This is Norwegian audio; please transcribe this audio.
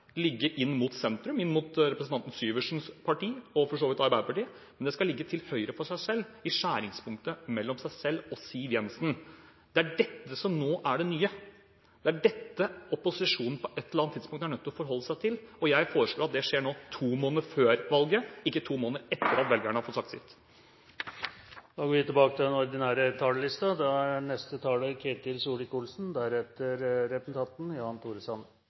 ligge inn mot sentrum, inn mot representanten Syversens parti – og for så vidt Arbeiderpartiet – men til høyre for seg selv, i skjæringspunktet mellom seg selv og Siv Jensen. Det er dette som nå er det nye. Det er dette opposisjonen på et eller annet tidspunkt er nødt til å forholde seg til. Jeg foreslår at det skjer nå, to måneder før valget – ikke to måneder etter at velgerne har fått sagt sitt. Replikkordskiftet er omme. Fremskrittspartiet legger i forbindelse med revidert budsjett fram et alternativ til regjeringens som stimulerer til økt vekst og velstand. Fremskrittspartiets politikk er